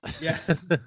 Yes